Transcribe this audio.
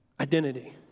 Identity